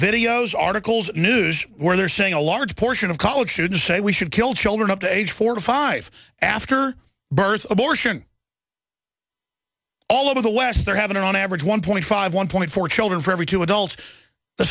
videos articles news where they're saying a large portion of college students say we should kill children up to age forty five after birth abortion all over the west they're having on average one point five one point four children for every two adults the